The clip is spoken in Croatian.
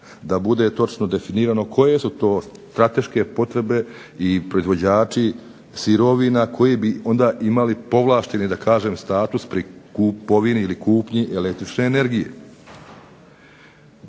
da bude točno definirano koje su to strateške potrebe i proizvođači sirovina, koji bi onda imali povlašteni da kažem status pri kupovini ili kupnji električne energije.